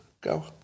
Go